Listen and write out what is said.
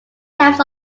types